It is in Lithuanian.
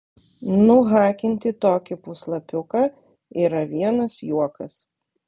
nuhakinti tokį puslapiuką yra vienas juokas